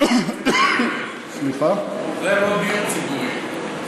זה לא דיור ציבורי.